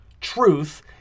Truth